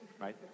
right